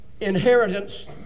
inheritance